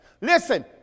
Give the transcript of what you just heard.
Listen